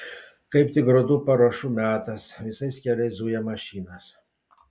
kaip tik grūdų paruošų metas visais keliais zuja mašinos